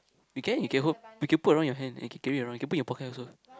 you can you can hold you can put around your hand and can carry around you can put in your pocket also